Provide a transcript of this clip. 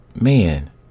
man